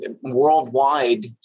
worldwide